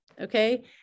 okay